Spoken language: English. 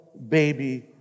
Baby